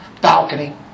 balcony